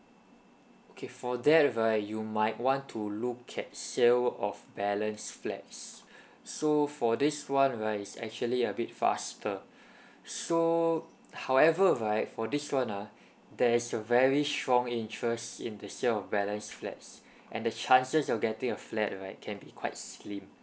okay for that right you might want to look at sale of balance flats so for this one right it's actually a bit faster so however right for this one ah there is a very strong interest in the sale of balance flats and the chances you're getting a flat right can be quite slim